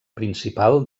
principal